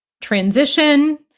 transition